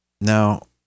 Now